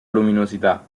luminosità